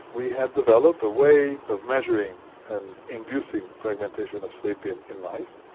we had developed a way of measuring and inducing fragmentation of sleep in in mice,